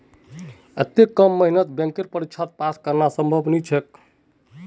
अत्ते कम मेहनतत बैंकेर परीक्षा पास करना संभव नई छोक